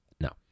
no